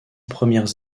premières